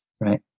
right